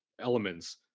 elements